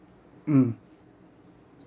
mm